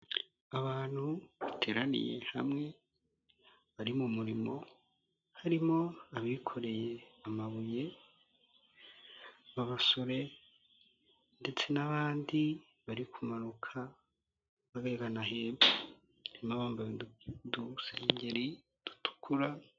Abantu bateraniye hamwe bari mu murimo, harimo abikoreye amabuye b'abasore, ndetse n'abandi bari kumanuka bagana hepfo. Harimo abambaye udusengenyeri dutukura.